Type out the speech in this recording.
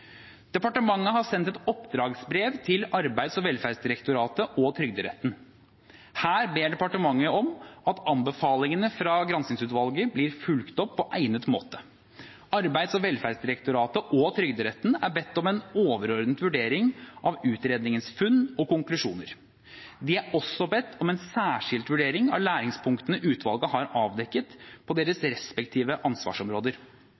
Departementet har sendt et oppdragsbrev til Arbeids- og velferdsdirektoratet og Trygderetten. Her ber departementet om at anbefalingene fra granskingsutvalget blir fulgt opp på egnet måte. Arbeids- og velferdsdirektoratet og Trygderetten er bedt om en overordnet vurdering av utredningens funn og konklusjoner. De er også bedt om en særskilt vurdering av læringspunktene utvalget har avdekket på deres respektive ansvarsområder.